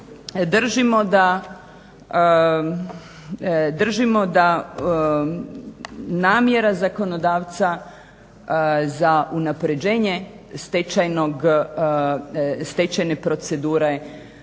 držimo da namjera zakonodavca za unapređenje stečajne procedure